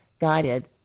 guided